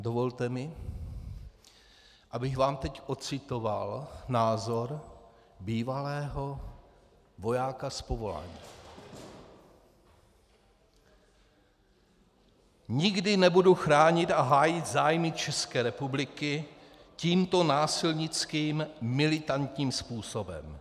Dovolte mi, abych vám ocitoval názor bývalého vojáka z povolání: Nikdy nebudu chránit a hájit zájmy České republiky tímto násilnickým, militantním způsobem.